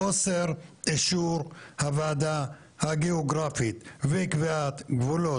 חוסר אישור הוועדה הגיאוגרפית וקביעת קבועות,